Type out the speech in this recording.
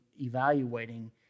evaluating